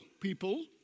people